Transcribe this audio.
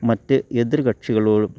മറ്റ് എതിർ കക്ഷികളോടും